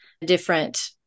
different